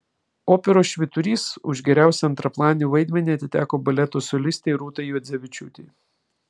operos švyturys už geriausią antraplanį vaidmenį atiteko baleto solistei rūtai juodzevičiūtei